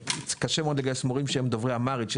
קשה מאוד לגייס מורים שהם דוברי אמהרית.